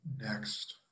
next